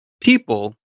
People